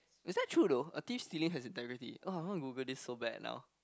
is that true though a thief stealing has integrity !wah! I want to Google this so bad now